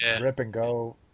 rip-and-go